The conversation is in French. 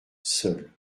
seul